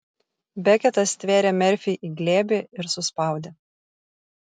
beketas stvėrė merfį į glėbį ir suspaudė